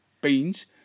beans